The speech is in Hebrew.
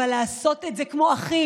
אבל לעשות את זה כמו אחים.